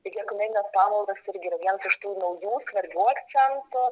taigi ekumeninės pamaldos irgi yra vienas iš tų naujų svarbių akcentų